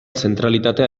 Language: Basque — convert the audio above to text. zentralitatea